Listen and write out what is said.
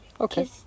Okay